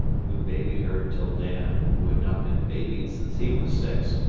who babied her till dan, who had not been babied since he was six,